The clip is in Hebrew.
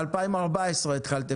ב-2014 התחלתם את זה.